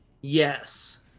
Yes